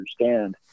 understand